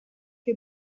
che